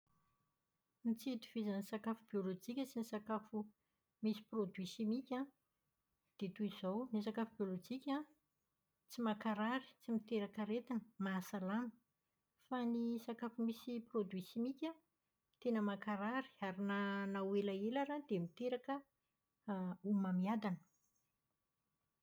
Ny tsy itovizan'ny sakafo biolojika sy ny sakafo misy produits chimiques an, dia toy izao. Ny sakafo biolojika an, tsy mankarary, tsy miteraka aretina, mahasalama. Fa ny sakafo misy produits simika, tena mankarary. Ary ny ho elaela ary an, dia miteraka homamiadana.